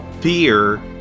fear